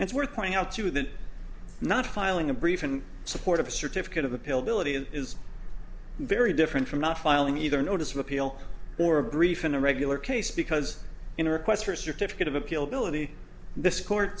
it's worth pointing out to the not filing a brief in support of a certificate of appeal billeted is very different from not filing either a notice of appeal or a brief in a regular case because in a request for a certificate of appeal ability this court